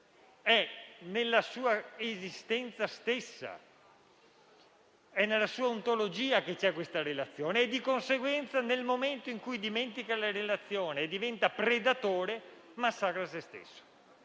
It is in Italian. nella sua esistenza stessa, nella sua ontologia. Di conseguenza, nel momento in cui dimentica la relazione e diventa predatore, massacra se stesso.